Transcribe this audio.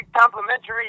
complimentary